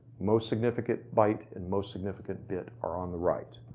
most significant byte and most significant bit are on the right.